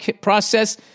process